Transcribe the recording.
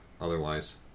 otherwise